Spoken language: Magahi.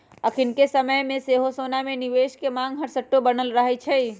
अखनिके समय में सेहो सोना में निवेश के मांग हरसठ्ठो बनल रहै छइ